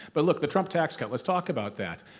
but look, the trump tax cut, let's talk about that.